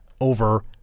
over